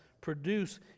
produce